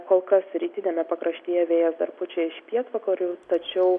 kol kas rytiniame pakraštyje vėjas dar pučia iš pietvakarių tačiau